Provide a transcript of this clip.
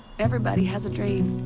everybody has a dream.